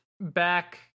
back